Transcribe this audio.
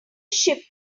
ship